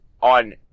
on